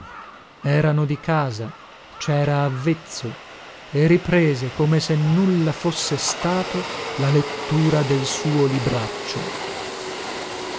erano di casa cera avvezzo e riprese come se nulla fosse stato la lettura del suo libraccio